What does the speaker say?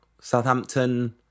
Southampton